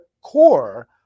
core